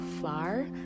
far